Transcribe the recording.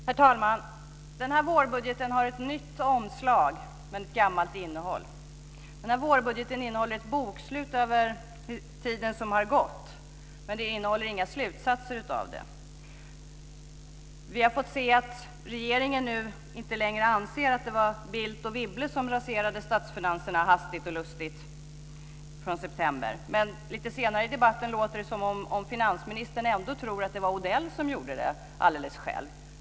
Herr talman! Den här vårbudgeten har ett nytt omslag men ett gammalt innehåll. Den här vårbudgeten innehåller ett bokslut över tiden som har gått, men den innehåller inga slutsatser. Vi har fått se att regeringen inte längre anser att det var Bildt och Wibble som raserade statsfinanserna hastigt och lustigt, men lite senare i debatten låter det som om finansministern ändå tror att det var Odell som gjorde det alldeles själv.